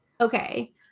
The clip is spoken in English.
Okay